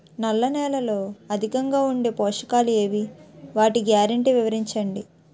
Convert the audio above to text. నల్ల నేలలో అధికంగా ఉండే పోషకాలు ఏవి? వాటి గ్యారంటీ వివరించండి?